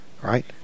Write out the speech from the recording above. right